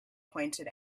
pointed